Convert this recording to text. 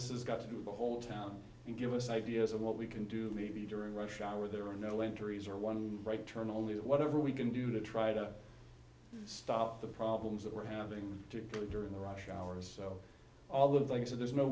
this is got to do the whole town and give us ideas of what we can do maybe during rush hour there are no injuries or one right turn only whatever we can do to try to stop the problems that we're having to endure in the rush hours so all the things that there's no